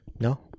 No